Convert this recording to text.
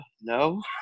no